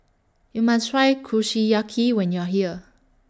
YOU must Try Kushiyaki when YOU Are here